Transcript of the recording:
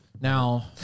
Now